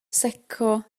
secco